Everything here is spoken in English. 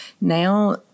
Now